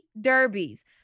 Derbies